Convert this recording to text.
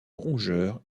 rongeurs